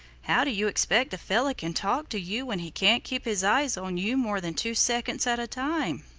how do you expect a fellow can talk to you when he can't keep his eyes on you more than two seconds at a time.